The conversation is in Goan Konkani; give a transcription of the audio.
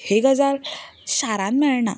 ही गजाल शारांत मेळना